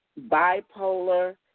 bipolar